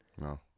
no